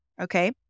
okay